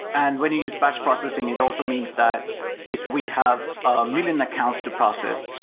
and when you use batch processing, it also means that if we have ah million accounts to process,